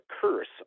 curse